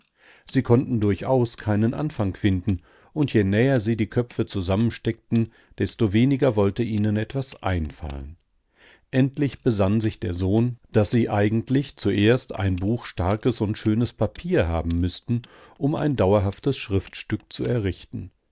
sie konnten durchaus keinen anfang finden und je näher sie die köpfe zusammensteckten desto weniger wollte ihnen etwas einfallen endlich besann sich der sohn daß sie eigentlich zuerst ein buch starkes und schönes papier haben müßten um ein dauerhaftes schriftstück zu errichten